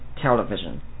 Television